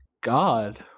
god